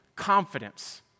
Confidence